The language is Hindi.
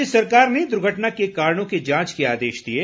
राज्य सरकार ने दुर्घटना के कारणों के जांच के आदेश दिए हैं